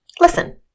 listen